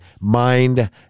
mind